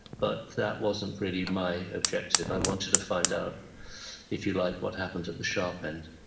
but that wasn't really my objective. i wanted to find out if you'd like what happened at the sharp end